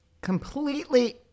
Completely